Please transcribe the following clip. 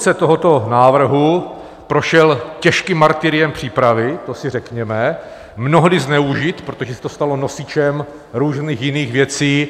Tvůrce tohoto návrhu prošel těžkým martyriem přípravy, to si řekněme, mnohdy zneužit, protože se to stalo nosičem různých jiných věcí.